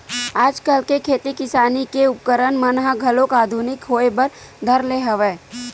आजकल के खेती किसानी के उपकरन मन ह घलो आधुनिकी होय बर धर ले हवय